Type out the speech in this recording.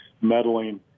meddling